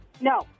No